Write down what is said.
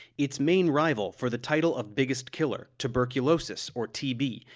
its main rival for the title of biggest killer, tuberculosis or tb,